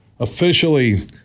Officially